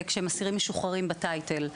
כשהם אסירים משוחררים בטייטל.